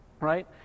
right